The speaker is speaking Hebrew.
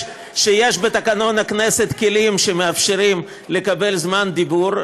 בתקנון הכנסת כלים שמאפשרים לקבל זמן דיבור.